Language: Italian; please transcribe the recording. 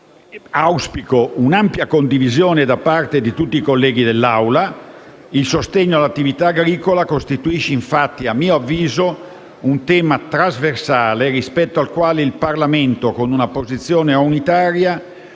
Auspico un'ampia condivisione da parte di tutti i colleghi dell'Assemblea. Il sostegno all'attività agricola costituisce infatti, a mio avviso, un tema trasversale rispetto al quale il Parlamento, con una posizione unitaria,